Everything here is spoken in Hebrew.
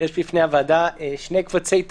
בהקדם האפשרי הממשלה צריכה לבטל את זה.